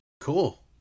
Cool